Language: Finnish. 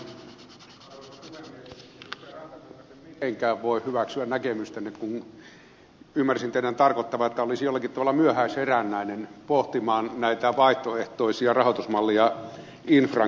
rantakangas mitenkään en voi hyväksyä näkemystänne kun ymmärsin teidän tarkoittavan että olisin jollakin tavalla myöhäisherännäinen pohtimaan näitä vaihtoehtoisia infran kehittämisen rahoitusmalleja